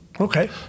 Okay